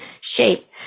shape